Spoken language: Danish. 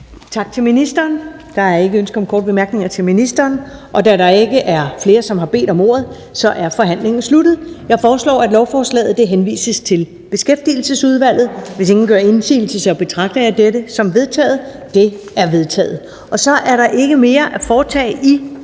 Tak til ministeren. Der er ikke ønske om korte bemærkninger til ministeren. Da der ikke er flere, som har bedt om ordet, er forhandlingen sluttet. Jeg foreslår, at lovforslaget henvises til Beskæftigelsesudvalget. Hvis ingen gør indsigelse, betragter jeg dette som vedtaget. Det er vedtaget. --- Kl. 14:16 Meddelelser fra